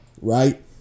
right